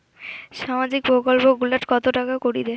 সামাজিক প্রকল্প গুলাট কত টাকা করি দেয়?